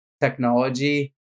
technology